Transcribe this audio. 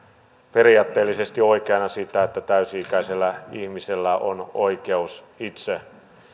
periaatteellisesti oikeana sitä että täysi ikäisellä ihmisellä on oikeus itse